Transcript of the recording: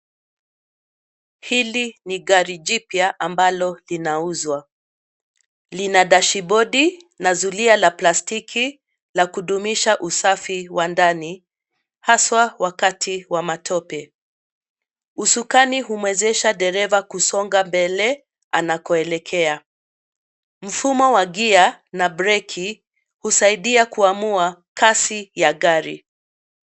Hili ni gari jipya ambalo linauzwa. Lina dashibodi na zulia la plastiki la kudumisha usafi wa ndani, haswa wakati wa matope. Usukani humwezesha dereva kusonga mbele anakoelekea. Mfumo wa gia na breki husaidia kuamua kasi ya gari.